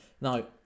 Now